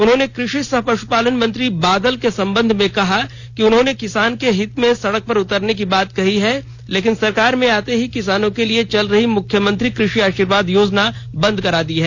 उन्होंने क्रषि सह पशुपालन मंत्री बादल पत्रलेख के संबंध में कहा कि उन्होंने किसानों के हित में सडक पर उतरने की बात कही है लेकिन सरकार में आते ही किसानों के लिए चल रही मुख्यमंत्री कृषि आशीर्वाद योजना बंद कर दी है